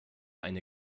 eine